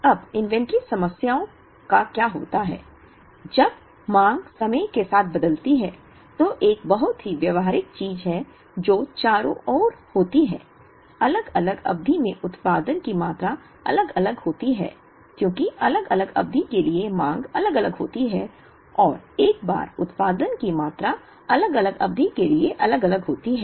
अब इन्वेंट्री समस्याओं का क्या होता है जब मांग समय के साथ बदलती है जो एक बहुत ही व्यावहारिक चीज है जो चारों ओर होती है अलग अलग अवधि में उत्पादन की मात्रा अलग अलग होती है क्योंकि अलग अलग अवधि के लिए मांग अलग अलग होती है और एक बार उत्पादन की मात्रा अलग अलग अवधि के लिए अलग अलग होती है